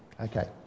Okay